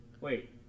Wait